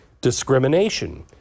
discrimination